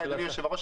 אדוני היושב-ראש,